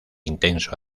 intenso